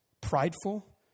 prideful